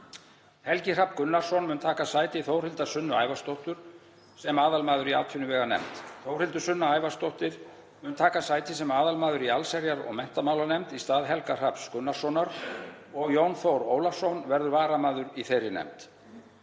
Helgi Hrafn Gunnarsson mun taka sæti Þórhildar Sunnu Ævarsdóttur sem aðalmaður í atvinnuveganefnd. Þórhildur Sunna Ævarsdóttir mun taka sæti sem aðalmaður í allsherjar- og menntamálanefnd í stað Helga Hrafns Gunnarssonar og Jón Þór Ólafsson verður varamaður í þeirri nefnd.